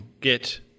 get